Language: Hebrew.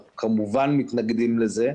אנחנו כמובן מתנגדים לזה.